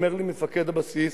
אומר לי מפקד הבסיס,